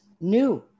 new